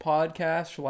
Podcast